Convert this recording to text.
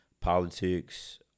politics